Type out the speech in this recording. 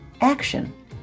action